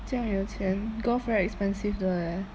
这样有钱 golf very expensive 的 leh